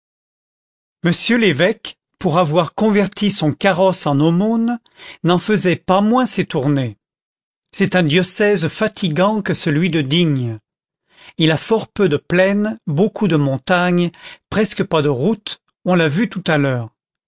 m l'évêque pour avoir converti son carrosse en aumônes n'en faisait pas moins ses tournées c'est un diocèse fatigant que celui de digne il a fort peu de plaines beaucoup de montagnes presque pas de routes on l'a vu tout à l'heure